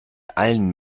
allen